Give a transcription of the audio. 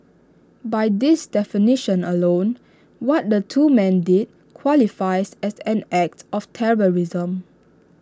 by this definition alone what the two men did qualifies as an act of terrorism